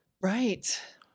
Right